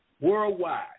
worldwide